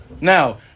Now